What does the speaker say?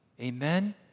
Amen